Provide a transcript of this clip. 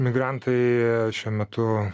migrantai šiuo metu